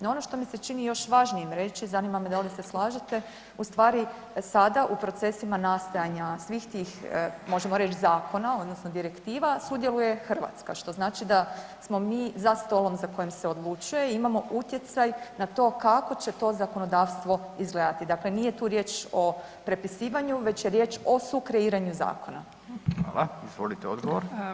No ono što mi se čini još važnijim reći, zanima me da li se slažete, ustvari sada u procesima nastajanja svih tih možemo reći zakona odnosno direktive, sudjeluje Hrvatska što znači da smo mi za stolom za kojem se odlučuje, imamo utjecaj na to kako će to zakonodavstvo izgledati, dakle, nije tu riječ o prepisivanju već je riječ o sukreiranju zakona.